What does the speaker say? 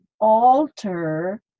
Alter